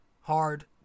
hard